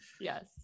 Yes